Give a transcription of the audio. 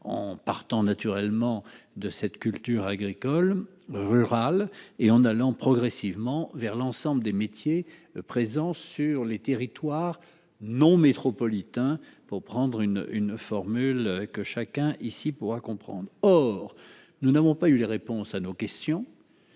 en partant naturellement de cette culture, agricole, rural et en allant progressivement vers l'ensemble des métiers, présent sur les territoires non métropolitains pour prendre une une formule que chacun ici pourra comprendre, or nous n'avons pas eu les réponses à nos questions